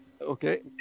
Okay